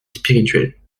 spirituel